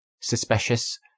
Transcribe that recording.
suspicious